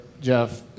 Jeff